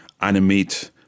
animate